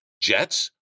Jets